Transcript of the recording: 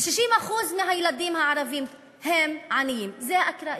זה ש-60% מהילדים הערבים הם עניים, זה אקראי?